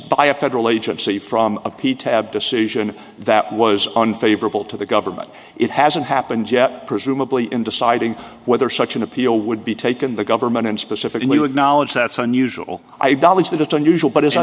by a federal agency from a p tab decision that was unfavorable to the government it hasn't happened yet presumably in deciding whether such an appeal would be taken the government and specifically with knowledge that's unusual i believe that it's unusual but as